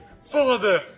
Father